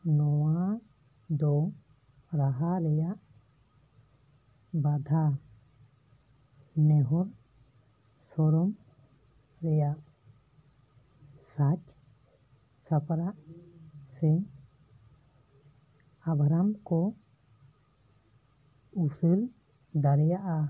ᱱᱚᱣᱟ ᱫᱚ ᱨᱟᱦᱟ ᱨᱮᱱᱟᱜ ᱵᱟᱫᱷᱟ ᱱᱮᱦᱚᱨ ᱥᱚᱨᱚᱢ ᱨᱮᱱᱟᱜ ᱥᱟᱡᱽ ᱥᱟᱯᱲᱟᱣ ᱥᱮ ᱟᱵᱷᱨᱟᱱ ᱠᱚ ᱤᱥᱟᱹᱨᱟ ᱫᱟᱲᱮᱭᱟᱜᱼᱟ